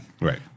right